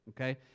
okay